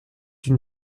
une